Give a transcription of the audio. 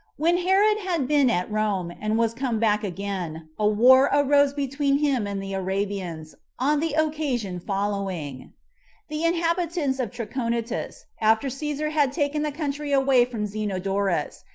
when herod had been at rome, and was come back again, a war arose between him and the arabians, on the occasion following the inhabitants of trachonitis, after caesar had taken the country away from zenodorus,